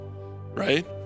right